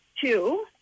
two